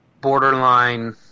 Borderline